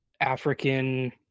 African